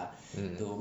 mm